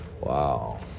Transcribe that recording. Wow